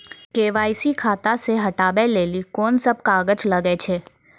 KYC खाता से हटाबै लेली कोंन सब कागज लगे छै?